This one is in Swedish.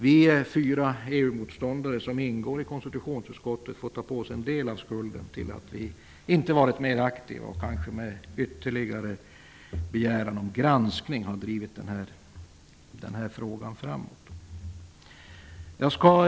Vi fyra EU-motståndare som ingår i konstitutionsutskottet får ta på oss en del av skulden till att vi inte varit mer aktiva och med ytterligare begäran om granskning drivit denna fråga framåt. Fru talman!